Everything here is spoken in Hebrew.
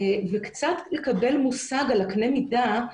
קצת לקבל מושג על קנה המידה.